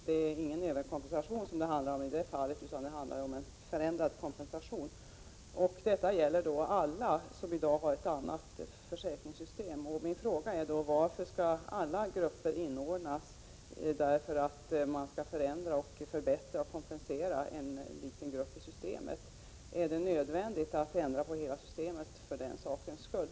Det handlar i det fallet inte om någon överkompensation utan om en förändrad kompensation. Detta gäller alla som i dag har ett annat försäkringssystem. Varför skall alla grupper inordnas, därför att man vill kompensera samt förändra och förbättra för en liten grupp i systemet? Är det nödvändigt att ändra på hela systemet för den sakens skull?